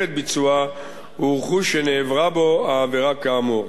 את ביצועה ורכוש שנעברה בו העבירה כאמור.